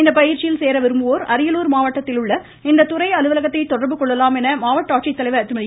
இப்பயிற்சியில் சேர விரும்புவோர் அரியலூர் மாவட்டத்திலுள்ள இத்துறை அலுவலகத்தை தொடர்பு கொள்ளலாம் என மாவட்ட ஆட்சித்தலைவர் திருமதி